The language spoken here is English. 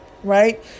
right